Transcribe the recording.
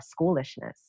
schoolishness